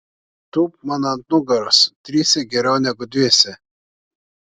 tūpk man ant nugaros trise geriau negu dviese